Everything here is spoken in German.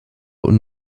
und